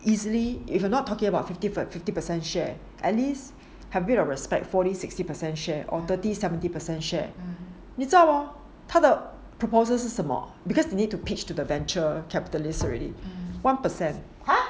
easily if you are not talking about fifty per fifty percent share at least have a bit of respect forty sixty percent share or thirty seventy percent share 知道哦他的 proposal 是什么 because you need to pitch to the venture capitalist already one percent